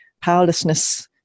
powerlessness